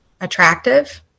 attractive